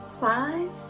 five